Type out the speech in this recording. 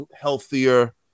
healthier